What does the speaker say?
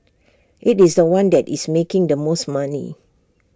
IT is The One that is making the most money